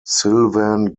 sylvan